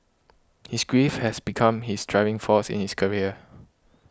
his grief has become his driving force in his career